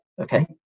okay